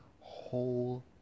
whole